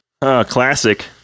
Classic